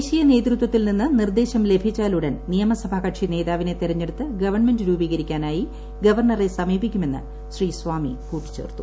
ദേശീയ നേതൃത്വത്തിൽ നിന്ന് നിർദ്ദേശം ലഭിച്ചാലൂടൻ നിയമസഭാകക്ഷി നേതാവിനെ തെരിക്കുഞ്ഞടുത്ത് ഗവൺമെന്റ് രൂപീകരിക്കാനായി ഗവർണറെ പ്പിക്കുമെന്ന് ശ്രീ സ്വാമി കൂട്ടിച്ചേർത്തു